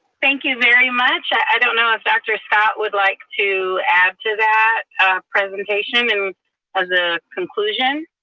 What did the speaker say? thank you very much. i don't know if dr. scott would like to add to that presentation and as a conclusion?